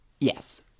Yes